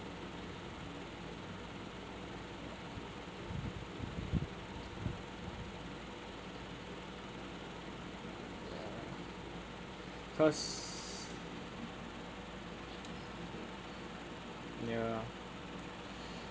cause ya